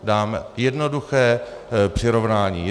Dám jednoduché přirovnání.